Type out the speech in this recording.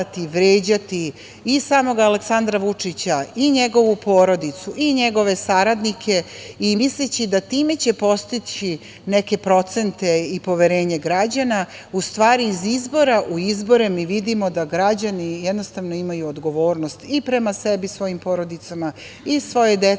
i samog Aleksandra Vučića, njegovu porodicu i njegove saradnike i misleći da će time postići neke procente i poverenje građana, u stvari iz izbora u izbore mi vidimo da građani imaju odgovornost i prema sebi, svojim porodicama, svojoj deci,